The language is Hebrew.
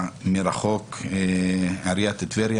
בעיריית טבריה.